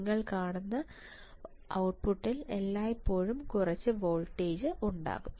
നിങ്ങൾ കാണുന്ന ഔട്ട്പുട്ടിൽ എല്ലായ്പ്പോഴും കുറച്ച് വോൾട്ടേജ് ഉണ്ടാകും